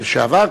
לשעבר?